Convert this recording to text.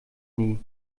nie